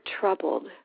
troubled